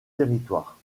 territoire